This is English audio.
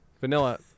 Vanilla